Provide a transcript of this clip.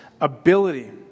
ability